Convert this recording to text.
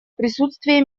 присутствия